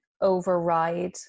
override